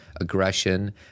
aggression